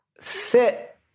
Sit